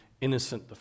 Innocent